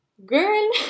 Girl